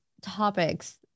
topics